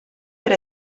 per